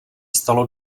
stalo